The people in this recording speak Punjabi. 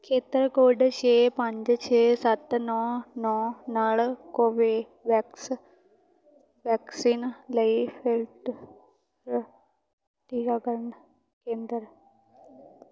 ਖੇਤਰ ਕੋਡ ਛੇ ਪੰਜ ਛੇ ਸੱਤ ਨੌ ਨੌ ਨਾਲ ਕੋਬੇਵੈਕਸ ਵੈਕਸੀਨ ਲਈ ਫਿਲਟਰ ਟੀਕਾਕਰਨ ਕੇਂਦਰ